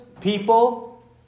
people